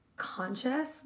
conscious